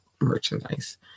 merchandise